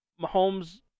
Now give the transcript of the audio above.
Mahomes